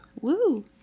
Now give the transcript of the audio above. Woo